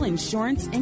Insurance